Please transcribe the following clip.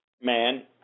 man